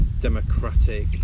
democratic